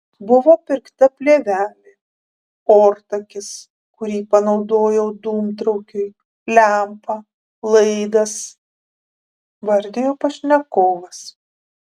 buvo pirkta plėvelė ortakis kurį panaudojau dūmtraukiui lempa laidas vardijo pašnekovas